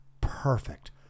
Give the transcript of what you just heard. Perfect